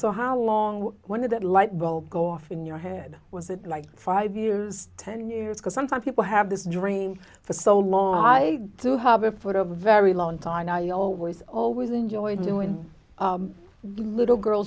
so how long one of that light bulb go off in your head was it like five years ten years because sometimes people have this dream for so long i do have it for a very long time now you always always enjoyed doing a little girl